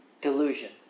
delusion